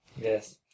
Yes